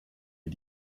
ihr